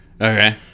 Okay